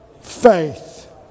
faith